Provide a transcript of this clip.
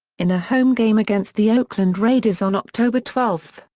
in a home game against the oakland raiders on october twelve,